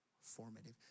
formative